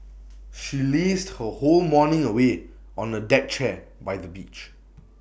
she lazed her whole morning away on A deck chair by the beach